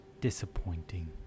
disappointing